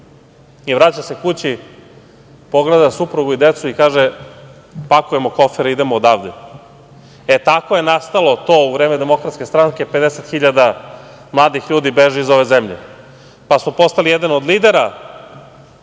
i vraća se kući, pogleda suprugu i decu i kaže – pakujemo kofere, idemo odavde. E tako je nastalo to u vreme Demokratske stranke da 50.000 mladih ljudi beži iz ove zemlji, pa smo postali jedan od lidera